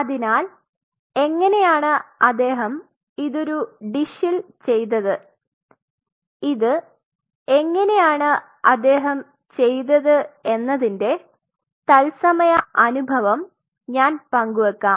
അതിനാൽ എങ്ങനെയാണ് അദ്ദേഹം ഇത്തോരു ഡിഷിൽ ചെയ്തത് ഇത് എങ്ങനെയാണ് അദ്ദേഹം ചെയ്തത് എന്നതിന്റെ തത്സമയ അനുഭവം ഞാൻ പങ്കുവെക്കാം